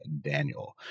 Daniel